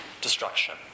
destruction